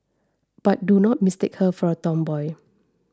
but do not mistake her for a tomboy